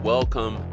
Welcome